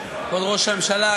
כבוד ראש הממשלה,